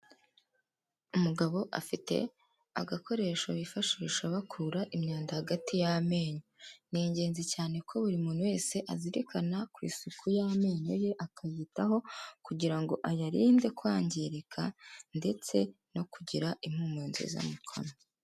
Umugabo afite agakoresho bifashisha bakura imyanda hagati y'amenyo, ni ingenzi cyane ko buri muntu wese azirikana ku isuku y'amenyo ye, akayitaho kugira ngo ayarinde kwangirika ndetse no kugira impumuro nziza mu kanwa.